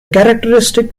characteristic